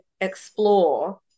explore